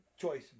choice